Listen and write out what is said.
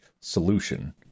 solution